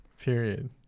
period